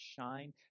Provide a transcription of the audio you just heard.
shine